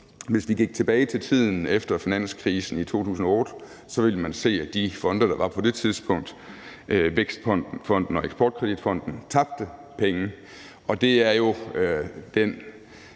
Hvis vi gik tilbage til tiden efter finanskrisen i 2008, ville man se, at de fonde, der var på det tidspunkt, Vækstfonden og Eksport Kredit Fonden, tabte penge, og det, der